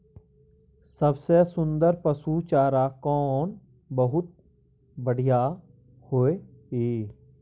सबसे सुन्दर पसु चारा कोन बहुत बढियां होय इ?